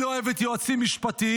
היא לא אוהבת יועצים משפטיים,